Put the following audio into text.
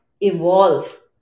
evolve